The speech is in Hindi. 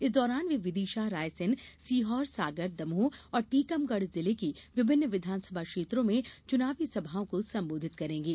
इस दौरान वे विदिशा रायसेन सीहोर सागर दमोह और टीकमगढ़ जिले की विभिन्न विधानसभा क्षेत्रों में चुनाव सभाओं को संबोधित करेंगे